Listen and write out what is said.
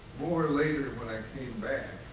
more later when i came back.